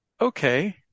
okay